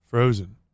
Frozen